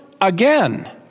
again